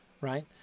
right